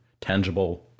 tangible